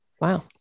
wow